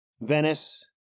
Venice